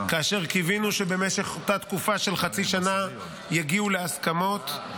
כאשר קיווינו שבמשך אותה תקופה של חצי שנה יגיעו להסכמות,